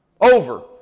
over